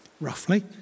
roughly